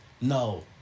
No